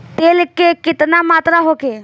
तेल के केतना मात्रा होखे?